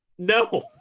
no!